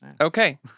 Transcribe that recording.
okay